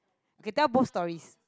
okay tell boss story